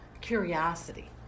curiosity